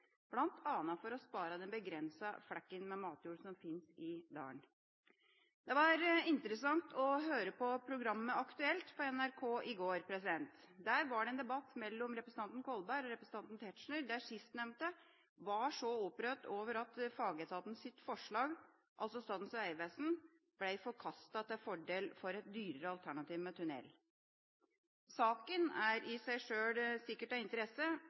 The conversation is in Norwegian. for å spare den begrensede flekken med matjord som finnes i dalen. Det var interessant å høre på programmet Aktuelt på NRK i går. Der var det en debatt mellom representanten Kolberg og representanten Tetzschner, der sistnevnte var opprørt over at fagetatens forslag, altså Statens vegvesen, ble forkastet til fordel for et dyrere alternativ med tunnel. Saken er i seg sjøl sikkert av interesse,